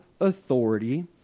authority